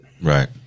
Right